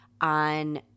on –